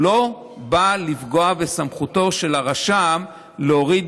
הוא לא בא לפגוע בסמכותו של הרשם להוריד